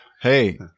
Hey